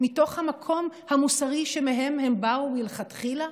מתוך המקום המוסרי שהם באו ממנו מלכתחילה?